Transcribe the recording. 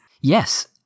Yes